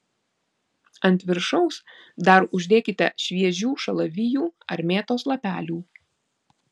ant viršaus dar uždėkite šviežių šalavijų ar mėtos lapelių